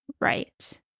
right